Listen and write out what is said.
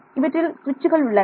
இவற்றில் சுவிட்சுகள் உள்ளன